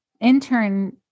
intern